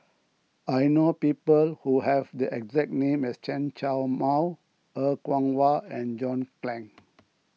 I know people who have the exact name as Chen Show Mao Er Kwong Wah and John Clang